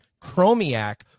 Chromiak